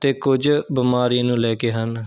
ਅਤੇ ਕੁਝ ਬਿਮਾਰੀ ਨੂੰ ਲੈ ਕੇ ਹਨ